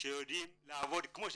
שיודעים לעבוד כמו שצריך,